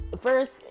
First